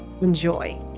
Enjoy